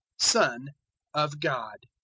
son of god.